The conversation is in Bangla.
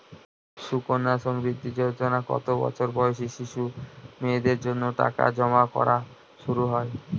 সুকন্যা সমৃদ্ধি যোজনায় কত বছর বয়সী শিশু মেয়েদের জন্য টাকা জমা করা শুরু হয়?